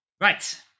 Right